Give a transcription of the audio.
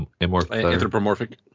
Anthropomorphic